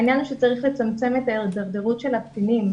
העניין הוא שצריך לצמצם את ההידרדרות של הקטינים,